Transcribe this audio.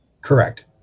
Correct